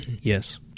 Yes